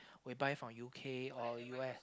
we buy from u_k or u_s